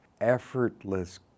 effortless